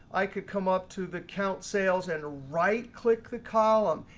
i could come up to the count sales and right click the column.